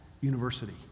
University